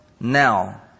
now